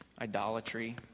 Idolatry